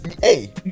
Hey